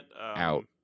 out